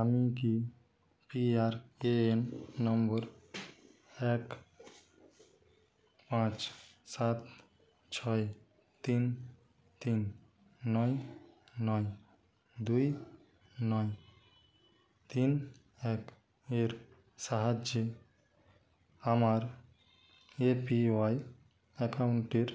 আমি কি PRAN number এক পাঁচ সাত ছয় তিন তিন নয় নয় দুই নয় তিন এক এর সাহায্যে আমার এপিওয়াই অ্যাকাউন্টের